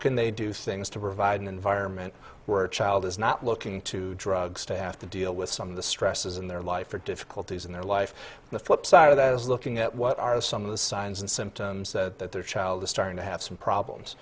can they do things to provide an environment where a child is not looking to drugs to have to deal with some of the stresses in their life or difficulties in their life the flip side of that is looking at what are some of the signs and symptoms that their child is starting to have some problems